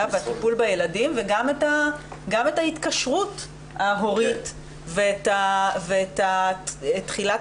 והטיפול בילדים וגם את ההתקשרות ההורית ואת תחילת